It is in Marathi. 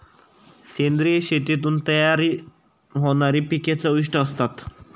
सेंद्रिय शेतीतून तयार होणारी पिके चविष्ट असतात